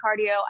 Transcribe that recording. cardio